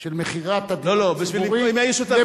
של מכירת הדיור הציבורי, לא, לא, הם היו שותפים.